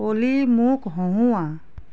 অ'লি মোক হঁহোওৱা